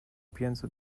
pienso